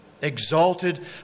exalted